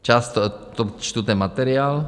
Často to čtu, ten materiál.